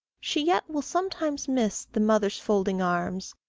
she yet will sometimes miss the mother's folding arms,